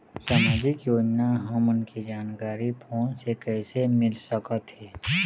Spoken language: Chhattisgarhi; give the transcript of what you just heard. सामाजिक योजना हमन के जानकारी फोन से कइसे मिल सकत हे?